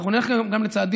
אנחנו נלך גם לצעדים,